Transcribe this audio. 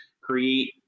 create